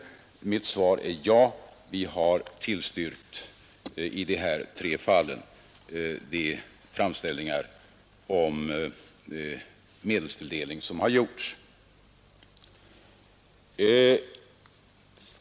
Mitt svar är ja — vi har i dessa tre fall bifallit de framställningar om medelstilldelning som har gjorts.